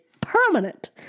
permanent